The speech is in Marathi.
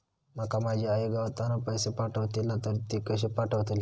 माका माझी आई गावातना पैसे पाठवतीला तर ती कशी पाठवतली?